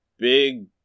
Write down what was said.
big